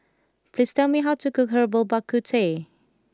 please tell me how to cook Herbal Bak Ku Teh